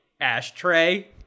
ashtray